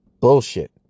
bullshit